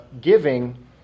giving